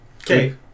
Okay